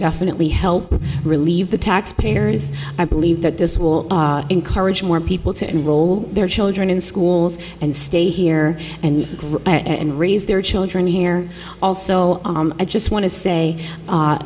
definitely help relieve the taxpayer is i believe that this will encourage more people to enroll their children in schools and stay here and and raise their children here also i just want to say